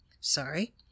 Sorry